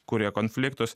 kuria konfliktus